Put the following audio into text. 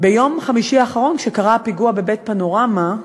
ביום חמישי האחרון, כשקרה הפיגוע בבית-פנורמה,